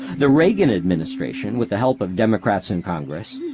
the reagan administration, with the help of democrats in congress,